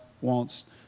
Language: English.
wants